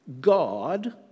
God